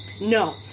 No